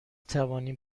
توانیم